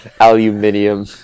aluminium